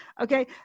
Okay